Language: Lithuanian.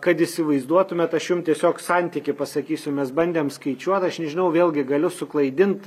kad įsivaizduotumėt aš jum tiesiog santykį pasakysiu mes bandėm skaičiuot aš nežinau vėlgi galiu suklaidint